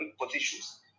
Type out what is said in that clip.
positions